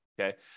Okay